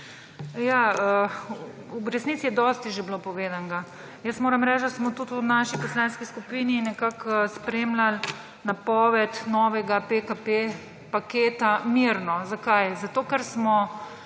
v resnici je dosti že bilo povedanega. Jaz moram reči, da smo tudi v naši poslanski skupini nekako spremljali napoved novega PKP paketa mirno. Zakaj? Zato, ker smo